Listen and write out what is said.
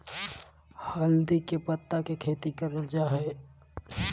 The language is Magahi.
हल्दी के पत्ता के खेती करल जा हई